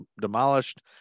demolished